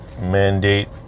mandate